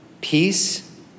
peace